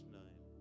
name